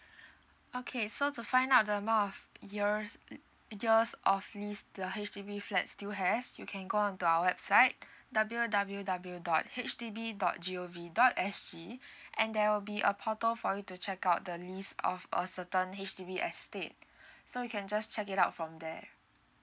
okay so to find out the amount of years years of lease the H_D_B flat still has you can go on to our website W W W dot H D B dot G O V dot S G and there will be a portal for you to check out the lease of a certain H_D_B estate so you can just check it out from there